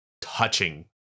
touching